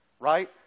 right